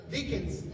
Deacons